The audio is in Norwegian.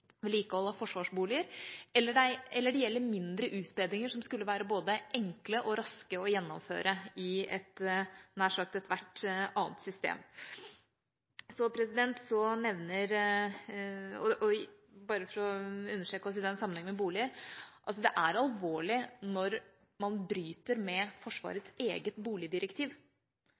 forsvarsboliger, eller det gjelder mindre utbedringer som skulle være både enkle og raske å gjennomføre i nær sagt ethvert annet system. Bare for å understreke, i sammenheng med boliger: Det er alvorlig når man bryter med Forsvarets eget boligdirektiv.